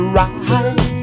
right